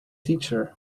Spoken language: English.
teacher